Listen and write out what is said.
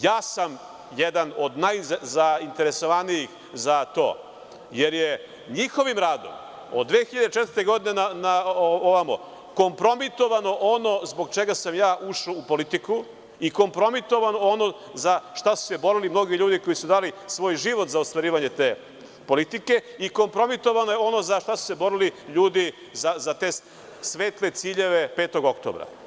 Ja sam jedan od najzainteresovanijih za to, jer je njihovim radom od 2004. godine na ovamo kompromitovano ono zbog čega sam ja ušao u politiku i kompromitovano ono za šta su se borili mnogi ljudi koji su dali svoj život za ostvarivanje te politike i kompromitovano je ono za šta su se borili ljudi, za te svetle ciljeve 05. oktobra.